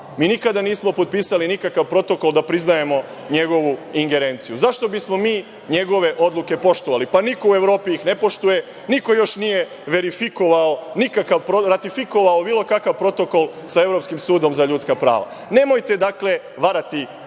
Mi nikada nismo potpisali nikakav protokol da priznajemo njegovu ingerenciju. Zašto bismo mi njegove odluke poštovali? Pa, niko u Evropi ih ne poštuje, niko još nije ratifikovao bilo kakav protokol sa Evropskim sudom za ljudska prava. Nemojte, dakle, varati